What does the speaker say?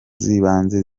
z’ibanze